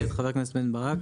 חבר הכנסת בן ברק,